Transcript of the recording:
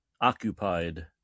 occupied